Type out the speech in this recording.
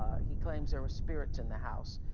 he claims there were spirits in the house.